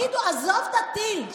עזוב את הטיל,